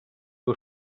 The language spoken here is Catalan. duu